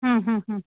हम्म हम्म हम्म